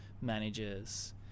managers